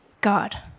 God